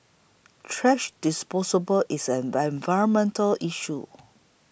thrash disposal is an environmental issue